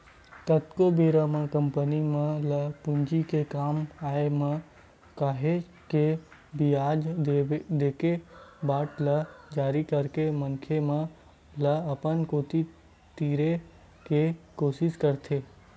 कतको बेरा म कंपनी मन ल पूंजी के काम आय म काहेक के बियाज देके बांड ल जारी करके मनखे मन ल अपन कोती तीरे के कोसिस करथे